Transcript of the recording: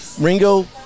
Ringo